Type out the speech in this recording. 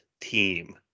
team